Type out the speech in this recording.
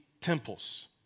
temples